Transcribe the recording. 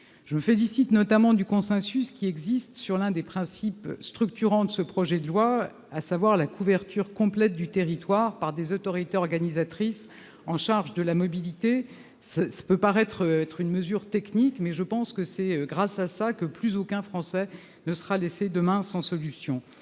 Je me félicite notamment du consensus existant sur l'un des principes structurants du texte, à savoir la couverture complète du territoire par des autorités organisatrices chargées de la mobilité. Cette mesure peut paraître technique, mais c'est grâce à elle que plus aucun Français ne sera laissé demain sans solution.